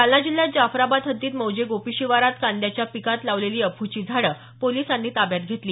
जालना जिल्ह्यात जाफ्राबाद हद्दीत मौजे गोपी शिवारात कांद्याच्या पिकात लावलेली अफूची झाडं पोलिसांनी ताब्यात घेतली